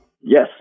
yes